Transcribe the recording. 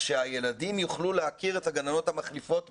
שהילדים יוכלו להכיר את הגננות המחליפות מראש.